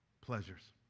pleasures